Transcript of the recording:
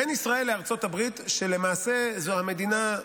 בין ישראל לארצות הברית, שלמעשה זו המדינה,